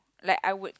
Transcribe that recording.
like I would